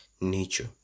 nature